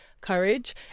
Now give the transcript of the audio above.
courage